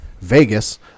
Vegas